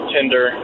Tinder